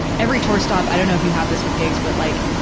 every tour stop, i don't know if you have this with gigs, but, like,